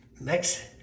Next